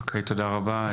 אוקיי, תודה רבה.